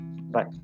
Bye